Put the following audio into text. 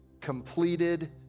completed